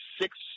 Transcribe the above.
six